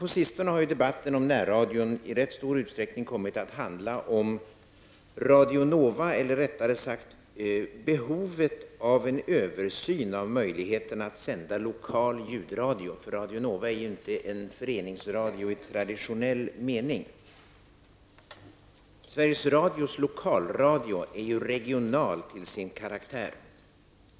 På sistone har debatten om närradion i rätt stor utsträckning kommit att handla om Radio Nova eller, rättare sagt om behovet av en översyn av möjligheterna att sända lokal ljudradio -- Radio Nova är ju inte en föreningsradio i traditionell mening. Sveriges Radios lokalradio är ju regional till sin karaktär.